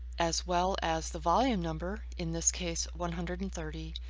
as well as the volume number, in this case, one hundred and thirty,